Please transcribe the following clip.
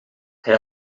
hij